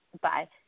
Bye